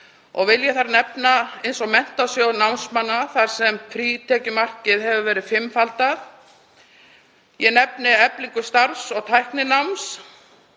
Vil ég þar nefna Menntasjóð námsmanna þar sem frítekjumarkið hefur verið fimmfaldað. Ég nefni eflingu starfs- og tæknináms.